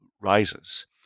rises